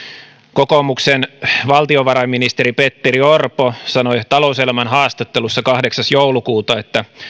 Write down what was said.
kokoomuksen valtiovarainministeri petteri orpo sanoi talouselämän haastattelussa kahdeksas joulukuuta että